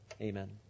amen